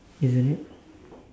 isn't it